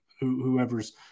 whoever's